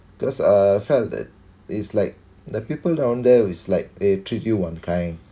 because uh felt that it's like the people down there is like they treat you [one] kind